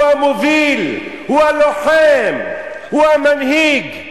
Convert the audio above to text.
הוא המוביל, הוא הלוחם, הוא המנהיג.